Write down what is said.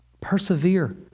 Persevere